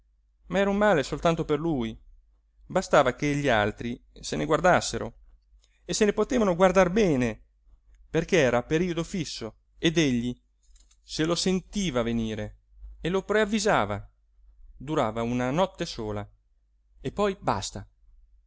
ma era un male soltanto per lui bastava che gli altri se ne guardassero e se ne potevano guardar bene perché era a periodo fisso ed egli se lo sentiva venire e lo preavvisava durava una notte sola e poi basta